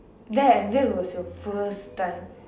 that at then was your first time